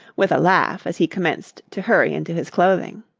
with a laugh as he commenced to hurry into his clothing.